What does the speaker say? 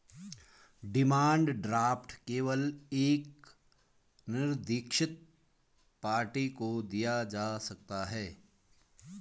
demand draft केवल एक निरदीक्षित पार्टी को दिया जा सकता है